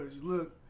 Look